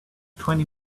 twenty